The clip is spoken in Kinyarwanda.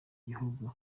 gihugu